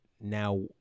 now